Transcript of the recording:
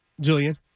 Julian